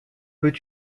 peut